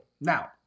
Now